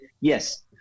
yes